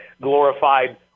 glorified